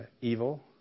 evil